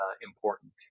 important